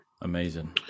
Amazing